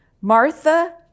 Martha